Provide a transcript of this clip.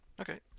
Okay